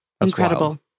incredible